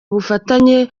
bufatanye